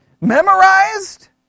Memorized